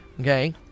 okay